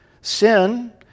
Sin